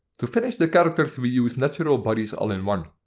to finish the characters we use natural bodies all in one.